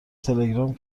تلگرام